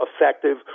effective